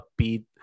upbeat